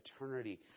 eternity